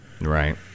right